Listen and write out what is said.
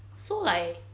so like